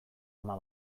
ama